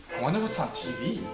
wonder what's on tv.